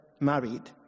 married